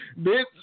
Bitch